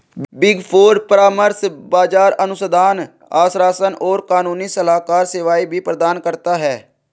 big four परामर्श, बाजार अनुसंधान, आश्वासन और कानूनी सलाहकार सेवाएं भी प्रदान करता है